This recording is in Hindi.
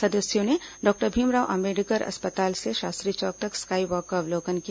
सदस्यों ने डॉक्टर भीमराव अंबेडकर अस्पताल से शास्त्री चौक तक स्काई यॉक का अवलोकन किया